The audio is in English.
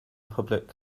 public